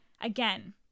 again